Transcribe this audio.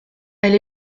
elle